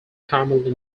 commonly